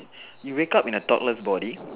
you wake up in a toddler's body